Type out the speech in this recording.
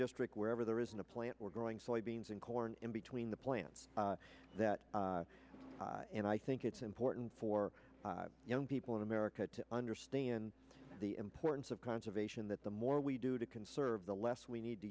district where ever there isn't a plant or growing soybeans and corn in between the plants that and i think it's important for young people in america to understand the importance of conservation that the more we do to conserve the less we need to